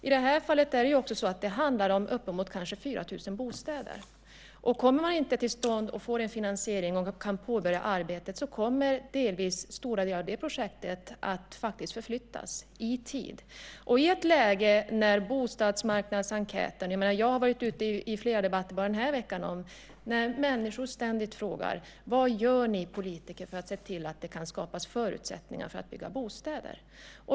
I det här fallet handlar det också om uppemot kanske 4 000 bostäder. Får man inte en finansiering och inte kan påbörja arbetet kommer stora delar av det projektet att förflyttas i tid. Jag har varit med i flera debatter bara den här veckan när människor ständigt frågar: Vad gör ni politiker för att se till att det kan skapas förutsättningar för att bygga bostäder?